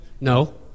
No